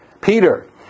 Peter